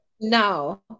No